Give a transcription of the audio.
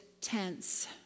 tense